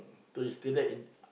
so you stay there in